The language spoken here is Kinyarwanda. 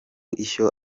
ishyo